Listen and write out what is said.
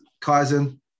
Kaizen